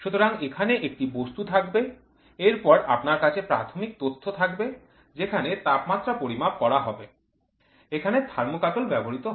সুতরাং এখানে একটি বস্তু থাকবে এর পরে আপনার কাছে প্রাথমিক তথ্য থাকবে যেখানে তাপমাত্রা পরিমাপ করা হবে এখানে থার্মোকাপল ব্যবহৃত হয়